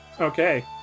okay